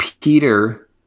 Peter